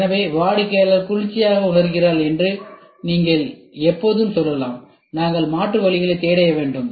எனவே வாடிக்கையாளர் குளிர்ச்சியாக உணர்கிறார் என்று நீங்கள் எப்போதும் சொல்லலாம் நாங்கள் மாற்று வழிகளைத் தேட வேண்டும்